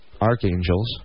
archangels